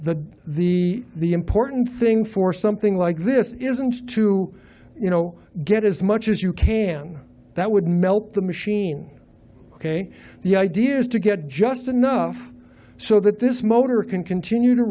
the the the important thing for something like this isn't to you know get as much as you can that would melt the machine ok the idea is to get just enough so that this motor can continue to